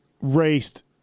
raced